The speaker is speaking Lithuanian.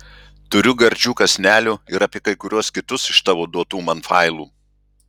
turiu gardžių kąsnelių ir apie kai kuriuos kitus iš tavo duotų man failų